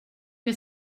que